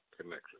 Connection